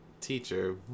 teacher